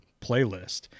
playlist